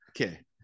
Okay